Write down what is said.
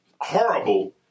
horrible